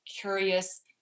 curious